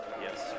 Yes